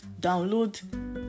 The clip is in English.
Download